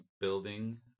building